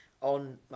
on